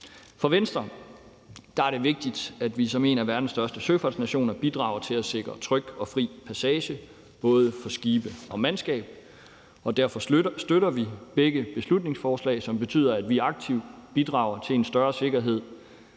For Venstre er det vigtigt, at vi som en af verdens største søfartsnationer bidrager til at sikre tryg og fri passage for både skibe og mandskab, og derfor støtter vi begge beslutningsforslag, som indebærer, at vi aktivt bidrager til en større sikkerhed